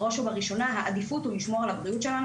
בראש ובראשונה העדיפות היא לשמור על הבריאות שלנו